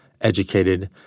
educated